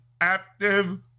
active